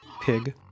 pig